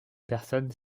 personnes